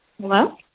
Hello